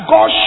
God